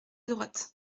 droite